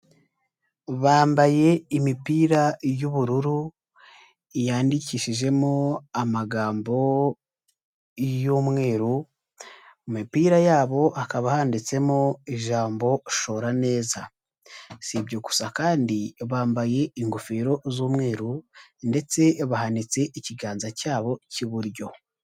Bambaye imipira y'ubururu, yanyandikishijemo amagambo y'umweru, mu mipira yabo hakaba handitsemo ijambo shora neza, si ibyo gusa kandi bambaye ingofero z'umweru ndetse bahanitse ikiganza cyabo cy'iburyo.